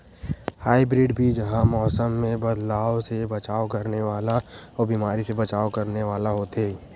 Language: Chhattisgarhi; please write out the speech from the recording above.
हाइब्रिड बीज हा मौसम मे बदलाव से बचाव करने वाला अउ बीमारी से बचाव करने वाला होथे